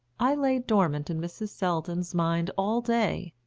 i lay dormant in mrs. selldon's mind all day,